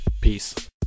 peace